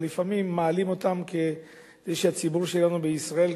אבל לפעמים מעלים אותם כדי שהציבור שלנו בישראל,